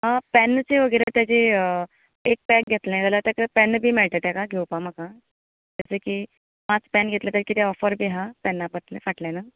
आं पेनचे वगेरे ताचें एक पेक घेतलें जाल्यार ताका पेनां बीन मेळटले ताका घेवपाक जशें की पांच पेन घेतले कितें ऑफर बी आसा पेना फाटल्यान